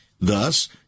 Thus